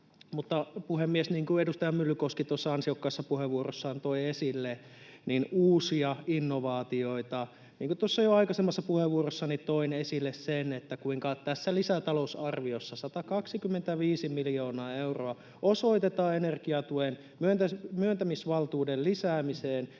Mutta, puhemies, niin kuin edustaja Myllykoski tuossa ansiokkaassa puheenvuorossaan toi uudet innovaatiot esille, ja niin kuin minä tuossa aikaisemmassa puheenvuorossani jo toin esille sen, kuinka tässä lisätalousarviossa 125 miljoonaa euroa osoitetaan energiatuen myöntämisvaltuuden lisäämiseen